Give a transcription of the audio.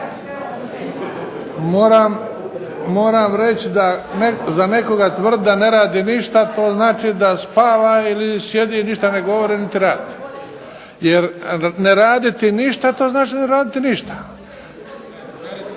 Moram reći da za nekoga tvrditi da ne radi ništa to znači da spava, sjedi i ništa ne govori niti ne radi jer ne raditi ništa to znači ne raditi ništa.